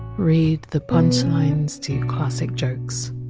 read the punchlines to classic jokes.